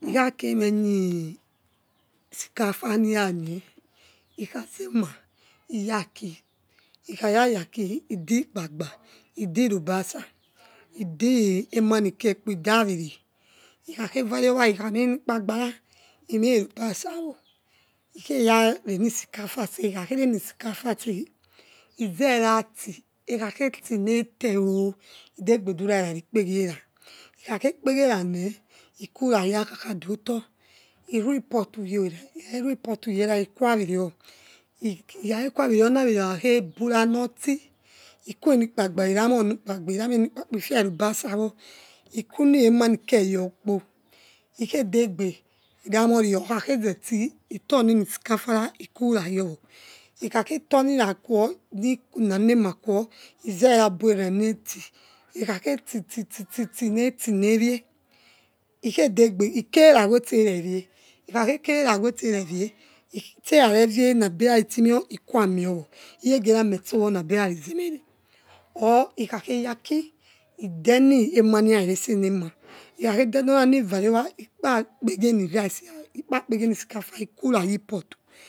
Ikhakeremeni cikafaniraye ikhaze ma iyaki ikayayaki idekpaba idiru basa idi emani kekpo idaviri ikha kevariova ikhaya reniakafase ikha izerati ekhaketi nete o idegbebura erare ikpegie ra ikhake kpegierane ikura yakhaka duotor iruipotu yera ikharui pot u riera ikuhawi rio ikhakhe que quiri or oni aviri okha khe gbura nor ti iquenikpabayor irame ni kpaba ifia rubasa yor wor kpo ikhedegbe ramori okhakzeti iturni enicikafa ra ikurayorno ikhakhe turning raquo ninanema quo izeraobo era neti ekhaketitititi neti nevie ikhedegbe ikererawe biercewie ikhake kererawe sti erewie sterarr wiena abi ersriti meo ikuiameyowo igera metor nabi evari zemere or ikhakheyaki idemie emanirare yese enema ikhakhedenora nivane awa ikpa pegi emirice ikpegiem cikafa ha ikurayi pot.